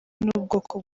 n’ubwoko